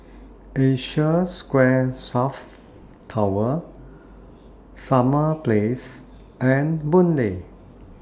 Asia Square South Tower Summer Place and Boon Lay